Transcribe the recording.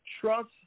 Trust